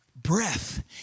breath